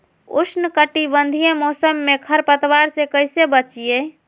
उष्णकटिबंधीय मौसम में खरपतवार से कैसे बचिये?